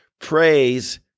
praise